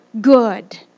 good